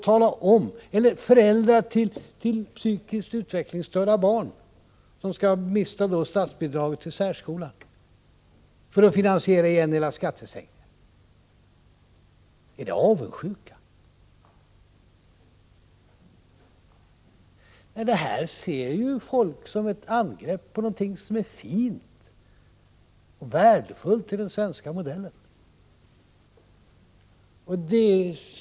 Eller när föräldrar till psykiskt utvecklingsstörda barn protesterar mot förslaget att statsbidraget till särskolan skall avskaffas för att finansiera era skattesänkningar — är det avundsjuka? Det här ser folk som ett angrepp på någonting som är fint och värdefullt i den svenska modellen.